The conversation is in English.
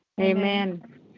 Amen